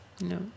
No